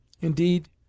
Indeed